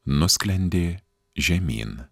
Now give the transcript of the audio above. nusklendė žemyn